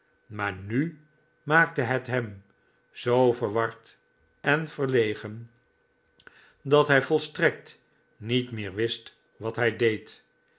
maar n u maakte het hem zoo verward en verlegen dat hij volstrekt niet meer wist wat hij deed